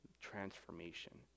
Transformation